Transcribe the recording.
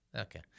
Okay